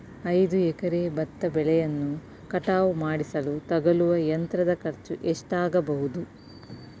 ಐದು ಎಕರೆ ಭತ್ತ ಬೆಳೆಯನ್ನು ಕಟಾವು ಮಾಡಿಸಲು ತಗಲುವ ಯಂತ್ರದ ಖರ್ಚು ಎಷ್ಟಾಗಬಹುದು?